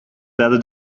better